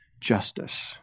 justice